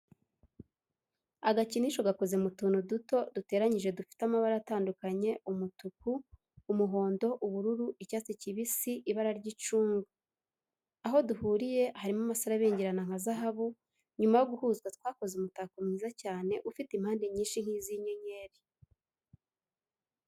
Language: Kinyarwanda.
Agakinisho gakoze mu tuntu duto duteranyije dufite amabara atandukanye umutuku, umuhondo, ubururu, icyatsi kibisi, ibarara ry'icunga. Aho duhuriye harimo amasaro abengerana nka zahabu, nyuma yo guhuzwa twakoze umutako mwiza cyane ufite impande nyinshi nk'izi' inyenyeri.